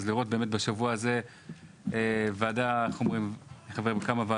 אז לראות בשבוע הזה ועדות שעובדות.